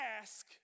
ask